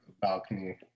balcony